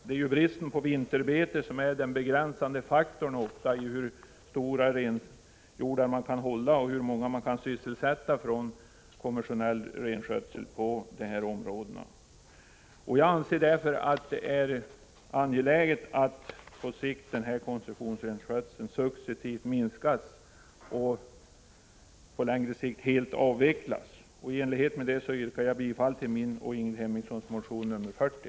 Det är ju bristen på vinterbete som ofta är den begränsande faktorn när det gäller hur stora renhjordar man kan hålla och hur många som kan sysselsättas i konventionell renskötsel inom dessa områden. Jag anser mot denna bakgrund att det är angeläget att koncessionsrenskötseln successivt minskas och på längre sikt helt avvecklas. I enlighet härmed yrkar jag bifall till min och Ingrid Hemmingssons motion nr 40.